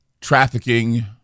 trafficking